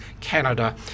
Canada